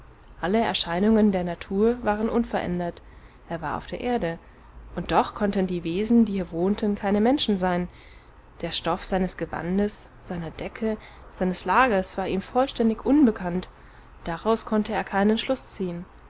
alle erscheinungen der natur waren unverändert er war auf der erde und doch konnten die wesen die hier wohnten keine menschen sein der stoff seines gewandes seiner decke seines lagers war ihm vollständig unbekannt daraus konnte er keinen schluß ziehen